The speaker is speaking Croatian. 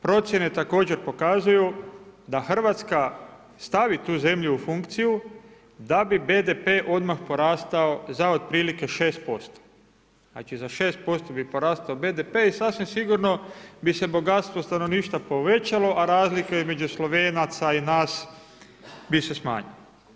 Procjene također pokazuju da Hrvatska stavi tu zemlju u funkciju da bi BDP odmah porastao za otprilike 6%, znači za 6% bi porastao BDP i sasvim sigurno bi se bogatstvo stanovništva povećalo, a razlika između Slovenaca i nas bi se smanjila.